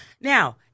Now